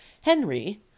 Henry